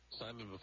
Simon